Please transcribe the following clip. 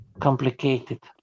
complicated